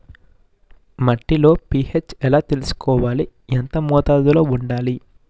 మట్టిలో పీ.హెచ్ ఎలా తెలుసుకోవాలి? ఎంత మోతాదులో వుండాలి?